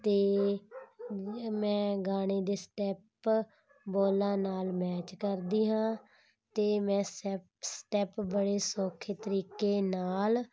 ਅਤੇ ਮੈਂ ਗਾਣੇ ਦੇ ਸਟੈਪ ਬੋਲਾਂ ਨਾਲ ਮੈਚ ਕਰਦੀ ਹਾਂ ਅਤੇ ਮੈਂ ਸੈਪ ਸਟੈਪ ਬੜੇ ਸੌਖੇ ਤਰੀਕੇ ਨਾਲ